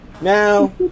Now